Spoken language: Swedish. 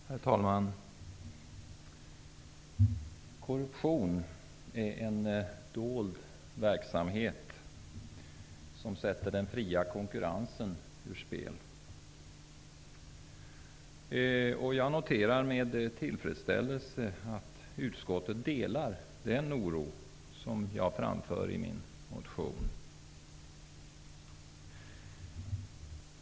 Herr talman! Korruption är en dold verksamhet som sätter den fria konkurrensen ur spel. Jag noterar med tillfredsställelse att utskottet delar den oro som jag framfört i min motion.